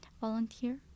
volunteer